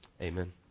Amen